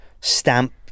stamp